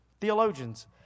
theologians